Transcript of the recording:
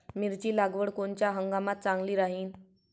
मिरची लागवड कोनच्या हंगामात चांगली राहीन?